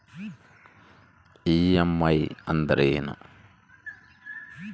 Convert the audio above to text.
EMI ಅಂದ್ರೇನು?